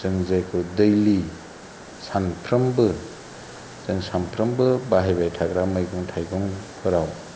जों जायखौ दैलि सानफ्रोमबो जों सानफ्रामबो बाहायबाय थाग्रा मैगं थाइगंफोराव